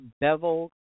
Bevel